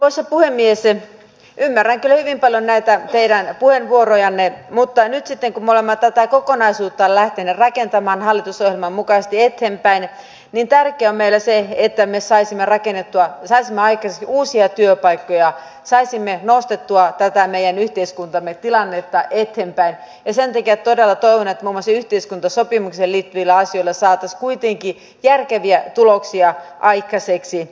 ymmärrän kyllä hyvin paljon näitä teidän puheenvuorojanne mutta nyt sitten kun me olemme tätä kokonaisuutta lähteneet rakentamaan hallitusohjelman mukaisesti eteenpäin niin tärkeää on meille se että me saisimme aikaiseksi uusia työpaikkoja saisimme nostettua tätä meidän yhteiskuntamme tilannetta eteenpäin ja sen takia todella toivon että muun muassa yhteiskuntasopimukseen liittyvillä asioilla saataisiin kuitenkin järkeviä tuloksia aikaiseksi